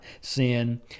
sin